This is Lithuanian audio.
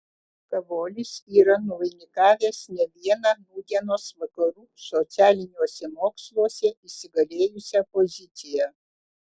kavolis yra nuvainikavęs ne vieną nūdienos vakarų socialiniuose moksluose įsigalėjusią poziciją